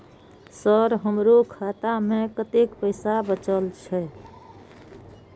Sir हमरो खाता में कतेक पैसा बचल छे?